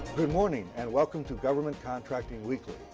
good morning, and welcome to government contracting weekly.